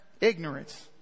ignorance